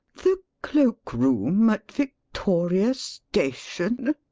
the cloak-room at victoria station?